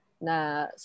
na